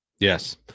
Yes